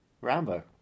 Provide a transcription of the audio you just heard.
Rambo